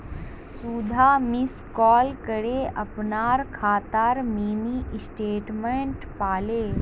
सुधा miss call करे अपनार खातार मिनी स्टेटमेंट पाले